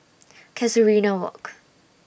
Casuarina Walk